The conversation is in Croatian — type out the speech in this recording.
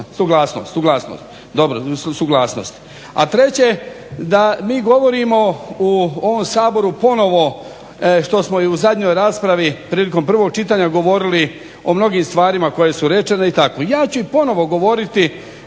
dijelu. Suglasnost, dobro suglasnost. A treće, da mi govorimo u ovom Saboru ponovo što smo i u zadnjoj raspravi prilikom prvog čitanja govorili o mnogim stvarima koje su rečene i tako. Ja ću i ponovo govoriti